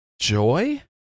joy